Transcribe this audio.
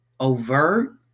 overt